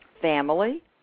family